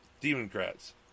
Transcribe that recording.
Democrats